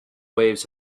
waves